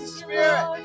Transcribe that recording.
spirit